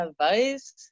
advice